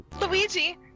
Luigi